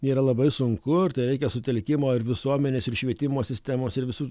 yra labai sunku ir tereikia sutelkimo ir visuomenės ir švietimo sistemos ir visų